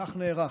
כך נערכתי.